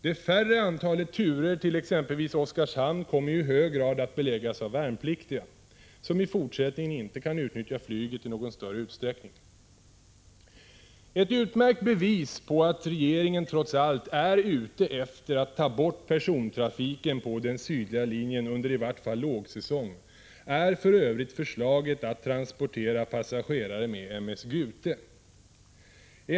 Det mindre antalet turer till exempelvis Oskarshamn kommer ju i hög grad att beläggas av värnpliktiga, som i fortsättningen inte kan utnyttja flyget i någon större utsträckning. Ett utmärkt bevis på att regeringen trots allt är ute efter att ta bort persontrafiken på den sydliga linjen under i vart fall lågsäsong är för övrigt förslaget att transportera passagerare med m/s Gute.